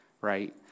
right